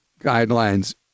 guidelines